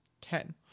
Ten